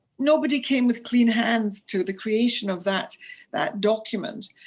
nobody came with clean hands to the creation of that that document,